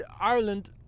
Ireland